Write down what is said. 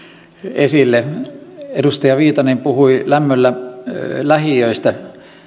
esille edustaja viitanen puhui lämmöllä lähiöistä